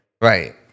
Right